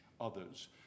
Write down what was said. others